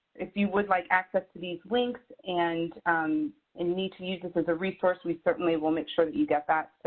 if you would like access to these links and need to use this as a resource, we certainly will make sure that you get that. so,